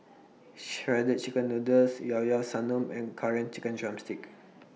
Shredded Chicken Noodles Yao Yao Sanum and Curry Chicken Drumstick